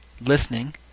listening